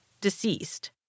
deceased